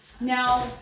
Now